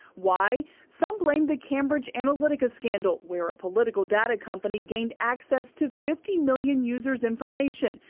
why? some blame the cambridge analytica scandal, where a political data company gained access to fifty million users' information,